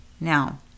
Now